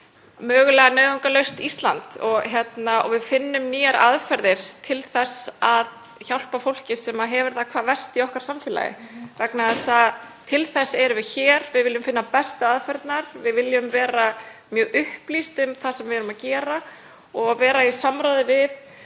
inn í nauðungarlaust Ísland, að við finnum nýjar aðferðir til þess að hjálpa fólki sem hefur það hvað verst í okkar samfélagi. Til þess erum við hér. Við viljum finna bestu aðferðirnar. Við viljum vera upplýst um það sem við erum að gera og vera í samráði við